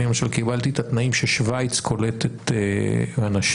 אני למשל קיבלתי את התנאים ששווייץ קולטת אנשים,